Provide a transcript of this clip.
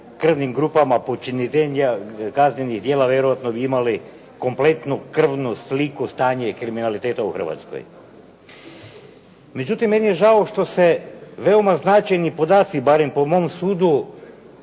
krvnim grupama počinjenja kaznenih djela, vjerojatno bi imali kompletnu krvnu sliku stanja kriminaliteta u Hrvatskoj. Međutim meni je žao što se veoma značajni podaci, barem po mom sudu